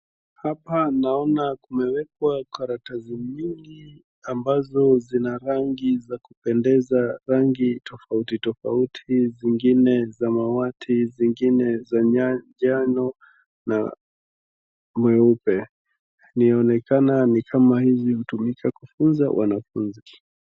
Hapa naona kumewekwa karatasi mingi amabazo zina rangi za kupendeza rangi tofauti tofauti zingine samawati zingine za majano na meupe ,inaonekana ni kama hizi hutumika kufunza wanafunzi.